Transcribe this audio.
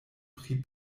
pri